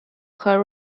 her